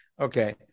Okay